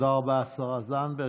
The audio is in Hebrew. תודה רבה, השרה זנדברג.